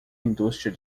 indústria